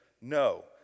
no